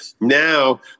Now